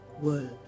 world